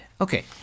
Okay